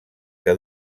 que